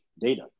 data